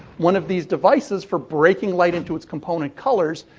one of these devices for breaking light into its component colors,